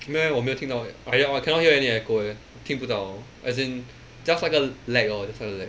没有 eh 我没有听到 eh !aiya! I cannot hear any echo eh 我听不到 as in just 那个 lag lor just 那个 lag